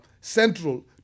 central